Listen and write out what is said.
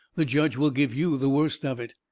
the judge will give you the worst of it.